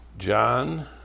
John